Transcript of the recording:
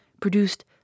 produced